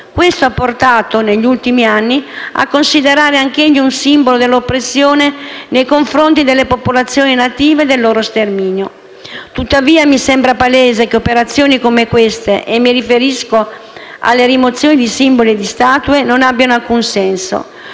Questo ha portato, negli ultimi anni, a considerare anch'egli un simbolo dell'oppressione nei confronti delle popolazioni native e del loro sterminio. Tuttavia mi sembra palese che operazioni come queste, e mi riferisco alla rimozioni di simboli e di statue, non abbiano alcun senso.